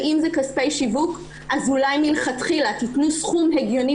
ואם זה כספי שיווק אז אולי מלכתחילה תיתנו סכום הגיוני